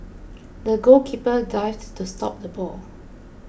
the goalkeeper dived to stop the ball